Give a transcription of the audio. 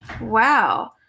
Wow